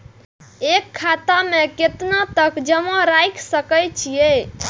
एक खाता में केतना तक जमा राईख सके छिए?